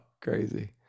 crazy